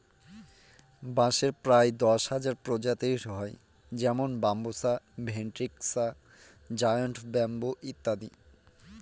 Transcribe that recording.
বাঁশের প্রায় দশ হাজার প্রজাতি হয় যেমন বাম্বুসা ভেন্ট্রিকসা জায়ন্ট ব্যাম্বু ইত্যাদি